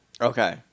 Okay